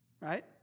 right